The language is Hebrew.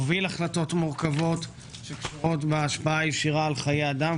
הוביל החלטות מורכבות שקשורות בהשפעה ישירה על חיי אדם,